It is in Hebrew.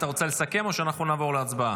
אתה רוצה לסכם או שאנחנו נעבור להצבעה?